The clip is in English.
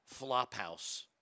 Flophouse